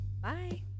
Bye